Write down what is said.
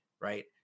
right